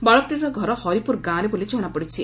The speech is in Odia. ବାଳକଟିର ଘର ହରିପୁର ଗାଁରେ ବୋଲି ଜଶାପଡ଼ିଛି